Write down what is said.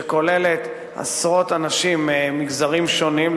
שכוללת עשרות אנשים ממגזרים שונים,